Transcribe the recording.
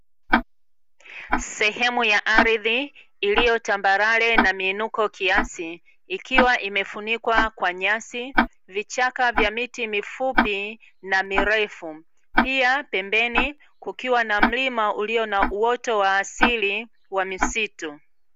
Sehemu ya ardhi iliyo tambarare na miinuko kiasi, ikiwa imefunikwa kwa nyasi, vichaka vya miti mifupi na mirefu. Pia, pembeni kukiwa na mlima ulio na uoto wa asili wa misitu.